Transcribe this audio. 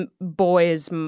boys